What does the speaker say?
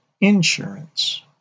insurance